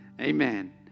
Amen